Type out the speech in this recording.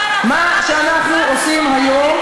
קשורה בהתיישבות, מה שאנחנו עושים היום,